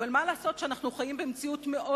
אבל מה לעשות שאנחנו חיים במציאות מאוד